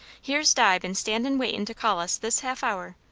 here's di been standin' waitin' to call us this half hour.